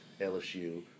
LSU